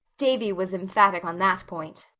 davy was emphatic on that point.